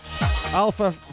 Alpha